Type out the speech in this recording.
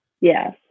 Yes